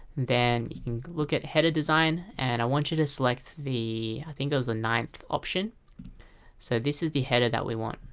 then you can look at header design and i want you to select the. i think it was the ninth option so this is the header that we want.